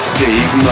Steve